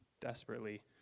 desperately